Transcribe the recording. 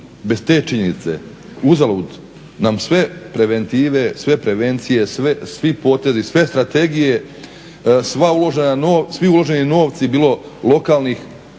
bez te činjenice uzalud nam sve preventive, sve prevencije, svi potezi, sve strategije, sva uloženi novci bilo lokalnih,